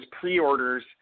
pre-orders